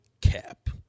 cap